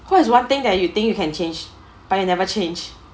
what is one thing that you think you can change but it never change